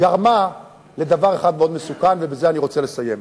גרמה לדבר אחד מאוד מסוכן, ובזה אני רוצה לסיים,